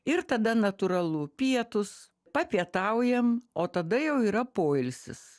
ir tada natūralų pietūs papietaujam o tada jau yra poilsis